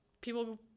people